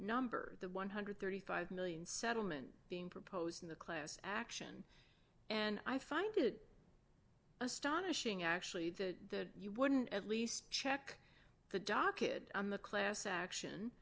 number the one hundred and thirty five million settlement being proposed in the class action and i find it astonishing actually that you wouldn't at least check the docket on the class action